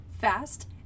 fast